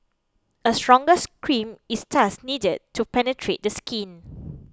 a stronger's cream is thus needed to penetrate this skin